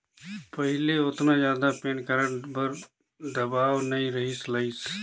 पहिले ओतना जादा पेन कारड बर दबाओ नइ रहें लाइस